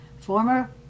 former